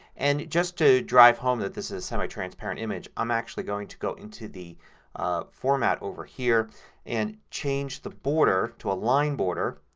and just to drive home that this is a semi-transparent image i'm actually going to go into the format over here and change the border, to a line border,